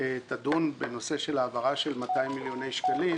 תדון בנושא של העברה של 200 מיליוני שקלים,